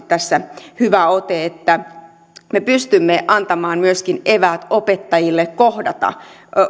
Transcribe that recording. tässä hyvä ote niin että me pystymme antamaan myöskin eväät opettajille kohdata